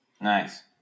Nice